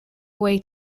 away